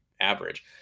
average